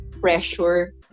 pressure